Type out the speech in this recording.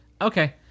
Okay